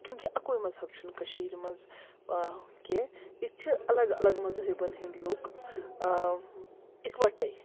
کیٛونٛکہِ اَکوے مذہب چھُنہٕ کٔشیٖرِ منٛز کیٚنٛہہ یہِ تہِ چھِ الگ الگ مذہبَن ہٕنٛدۍ لُکھ اِکوَٹَے